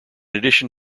addition